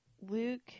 Luke